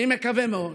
אני מקווה מאוד